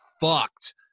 fucked